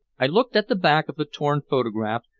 i looked at the back of the torn photograph,